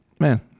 man